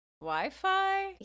Wi-Fi